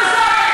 תתביישו לכם.